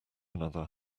another